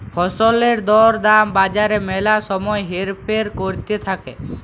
ফসলের দর দাম বাজারে ম্যালা সময় হেরফের ক্যরতে থাক্যে